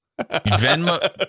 Venmo